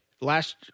last